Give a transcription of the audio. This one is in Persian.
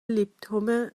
لیپتون